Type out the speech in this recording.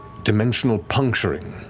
dimensional puncturing,